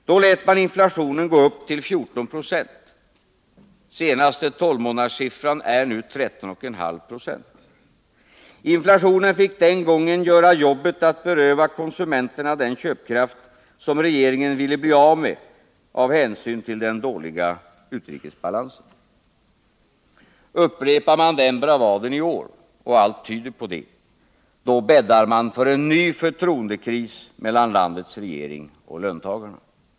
Då lät man inflationen gå upp till 14 96 — den senaste tolvmånaderssiffran ligger nu på 13,5 26. Inflationen fick den gången göra jobbet att beröva konsumenterna den köpkraft som regeringen ville bli av med av hänsyn till den dåliga balansen i utrikeshandeln. Skulle man upprepa den bravaden i år — allt tyder på det — bäddar man för en ny förtroendekris mellan landets regering och löntagarna.